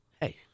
hey